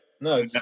No